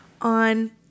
on